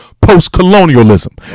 post-colonialism